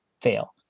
fail